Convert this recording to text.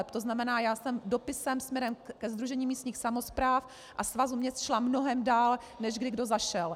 To znamená, já jsem dopisem směrem ke Sdružení místních samospráv a Svazu měst šla mnohem dál, než kdy kdo zašel.